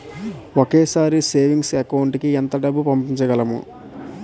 ఒకేసారి savings account కి ఎంత డబ్బు పంపించగలము?